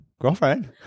girlfriend